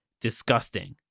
disgusting